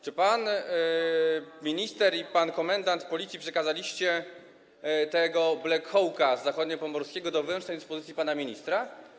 Czy pan minister i pan komendant Policji przekazaliście tego black hawka z zachodniopomorskiego do wyłącznej dyspozycji pana ministra?